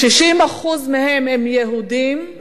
60% מהם יהודים,